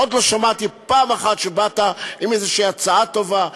עוד לא שמעתי פעם אחת שבאת עם איזו הצעה טובה,